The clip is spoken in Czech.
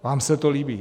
Vám se to líbí.